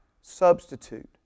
Substitute